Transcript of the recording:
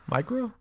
Micro